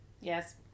Yes